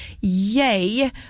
yay